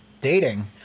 dating